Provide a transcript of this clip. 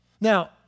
Now